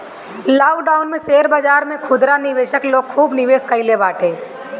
lockdown में share बाजार में खुदरा निवेशक लोग खूब निवेश कईले बाटे